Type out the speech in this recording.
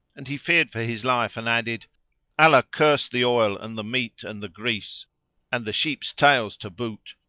and he feared for his life, and added allah curse the oil and the meat and the grease and the sheep's tails to boot!